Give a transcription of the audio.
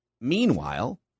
Meanwhile